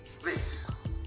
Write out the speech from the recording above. Please